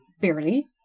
Barely